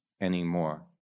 anymore